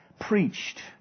preached